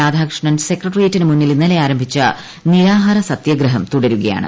രാധാകൃഷ്ണൻ സെക്രട്ടറിയറ്റിനു മുന്നിൽ ഇന്നലെ ആരംഭിച്ച നിരാഹാര സത്യഗ്രഹം തുടരുകയാണ്